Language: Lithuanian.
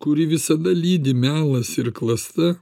kurį visada lydi melas ir klasta